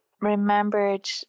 remembered